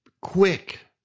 quick